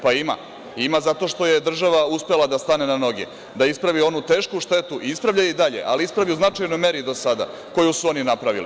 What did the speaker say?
Pa, ima, a ima zato što je država uspela da stane na noge, da ispravi onu tešku štetu, ispravlja i dalje, ali ispravila je u značajnoj meri do sada, koju su oni napravili.